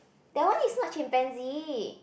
that one is not chimpanzee